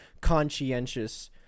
conscientious